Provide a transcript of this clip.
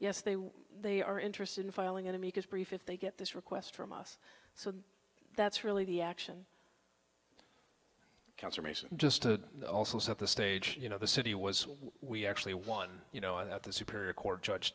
yes they were they are interested in filing an amicus brief if they get this request from us so that's really the action conservation just to also set the stage you know the city was actually one you know that the superior court judge